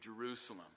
Jerusalem